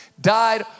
died